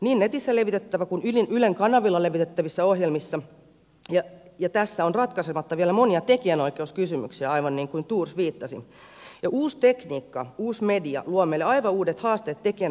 niin netissä levitettävistä kuin ylen kanavilla levitettävistä ohjelmista on ratkaisematta vielä monia tekijänoikeuskysymyksiä aivan niin kuin thors viittasi ja uusi tekniikka ja uusi media luovat meille aivan uudet haasteet tekijänoikeuksien suhteen